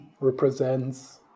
represents